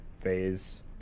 phase